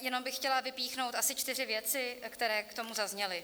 Jenom bych tady chtěla vypíchnout asi čtyři věci, které k tomu zazněly.